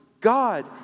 God